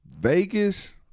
Vegas